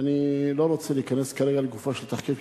ואני לא רוצה להיכנס כרגע לגופו של תחקיר,